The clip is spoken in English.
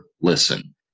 listen